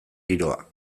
giroa